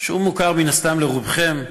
שמוכר מן הסתם לרובכם,